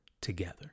together